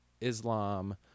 Islam